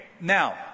now